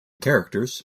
characters